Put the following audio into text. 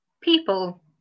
people